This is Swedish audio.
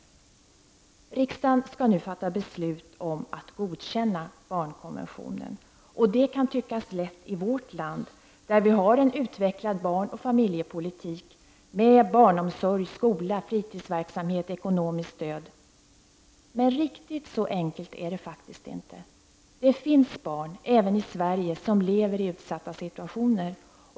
Riksdagen skall nu fatta beslut om att godkänna barnkonventionen. Det kan tyckas lätt i vårt land, där vi har en utvecklad barnoch familjepolitik med barnomsorg, skola, fritidsverksamhet och ekonomiskt stöd. Men riktigt så enkelt är det faktiskt inte. Det finns barn även i Sverige som lever i utsatta situationer.